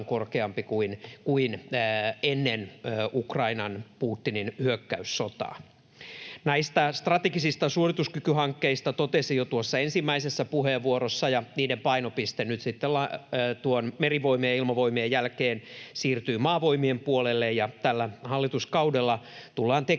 korkeampi kuin ennen Putinin hyökkäyssotaa Ukrainassa. Näistä strategisista suorituskykyhankkeista totesin jo tuossa ensimmäisessä puheenvuorossa, ja niiden painopiste nyt Merivoimien ja Ilmavoimien jälkeen siirtyy Maavoimien puolelle. Tällä hallituskaudella tullaan tekemään